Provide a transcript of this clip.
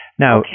Now